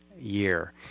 year